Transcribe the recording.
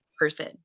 person